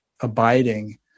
abiding